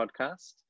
Podcast